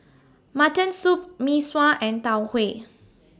Mutton Soup Mee Sua and Tau Huay